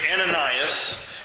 Ananias